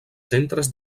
centres